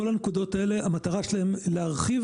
כל הנקודות האלה, המטרה שלהן היא להרחיב